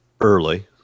early